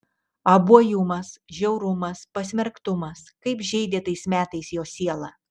abuojumas žiaurumas pasmerktumas kaip žeidė tais metais jo sielą